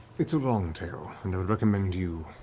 it's a long tale, and i recommend you